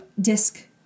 disc